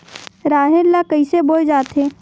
राहेर ल कइसे बोय जाथे?